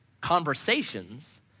conversations